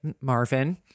marvin